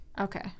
Okay